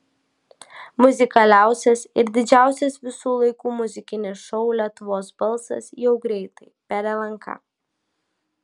muzikaliausias ir didžiausias visų laikų muzikinis šou lietuvos balsas jau greitai per lnk